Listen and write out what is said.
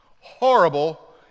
Horrible